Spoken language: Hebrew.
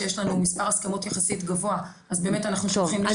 שיש לנו מספר הסכמות יחסית גבוה אז באמת אנחנו שולחים -- טוב,